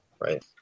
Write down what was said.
right